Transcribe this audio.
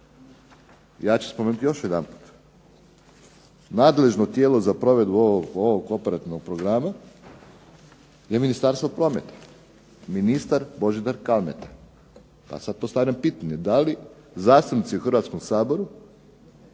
Ja ću spomenuti još jedanput, nadležno tijelo za provedbu ovog operativnog programa je Ministarstvo prometa i ministar Božidar Kalmeta. Pa sad postavljam pitanje, da li zastupnici u Hrvatskom saboru